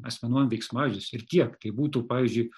asmenuojam veiksmažodžius ir tiek tai būtų pavyzdžiui